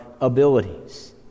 abilities